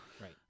Right